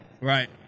Right